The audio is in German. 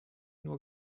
nur